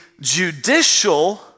judicial